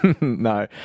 No